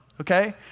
okay